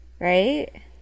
Right